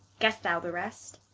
guesse thou the rest,